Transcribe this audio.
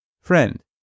friend